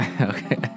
Okay